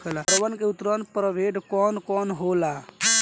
अरहर के उन्नत प्रभेद कौन कौनहोला?